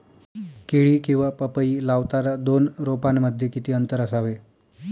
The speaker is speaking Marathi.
केळी किंवा पपई लावताना दोन रोपांमध्ये किती अंतर असावे?